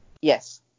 Yes